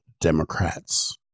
Democrats